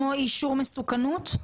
כמו אישור מסוכנות?